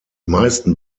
meisten